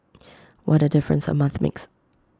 what A difference A month makes